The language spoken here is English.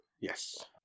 Yes